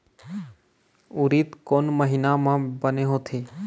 उरीद कोन महीना म बने होथे?